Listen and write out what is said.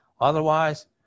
Otherwise